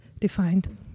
defined